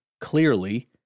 clearly